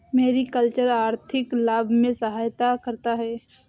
mariculture आर्थिक लाभ में सहायता करता है